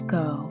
go